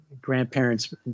grandparents